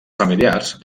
familiars